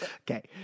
Okay